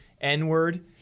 N-word